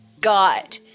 God